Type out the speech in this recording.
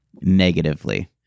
negatively